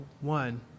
one